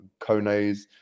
Kones